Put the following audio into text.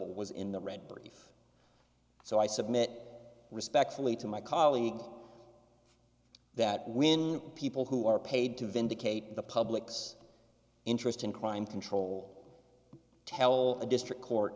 was in the red brief so i submit respectfully to my colleague that when people who are paid to vindicate the public's interest in crime control tell the district court